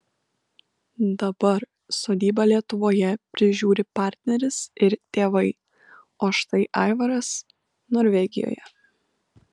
dabar sodybą lietuvoje prižiūri partneris ir tėvai o štai aivaras norvegijoje